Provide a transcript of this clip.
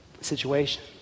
situation